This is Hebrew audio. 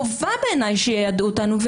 חובה בעיניי שייעדו אותנו.